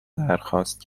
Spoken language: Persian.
درخواست